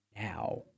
now